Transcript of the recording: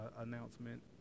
announcement